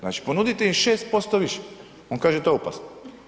Znači, ponudite im 6% više, on kaže to je opasno.